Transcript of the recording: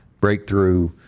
breakthrough